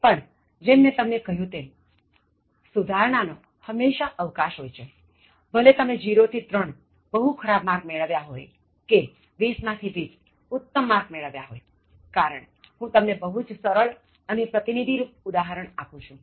પણ જેમ મેં તમને કહ્યું તેમ સુધારણા નો હંમેશા અવકાશ હોય છેભલે તમે 0 થી 3 બહુ ખરાબ માર્ક મેળવ્યા હોય કે 20 માં થી 20 ઉત્તમ માર્ક મેળવ્યા હોયકારણ હું તમને બહુ સરળ અને પ્રતિનિધિ રુપ ઉદારહણ આપું છું